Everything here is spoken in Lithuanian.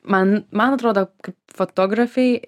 man man atrodo kaip fotografei